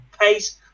pace